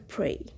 Pray